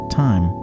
time